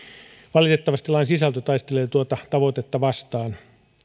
valitettavasti lain sisältö taistelee tuota tavoitetta vastaan